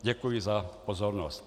Děkuji za pozornost.